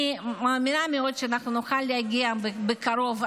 אני מאמינה מאוד שאנחנו נוכל להגיע בקרוב.